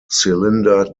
cylinder